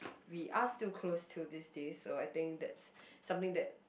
we are still close till these days so I think that's something that